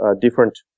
different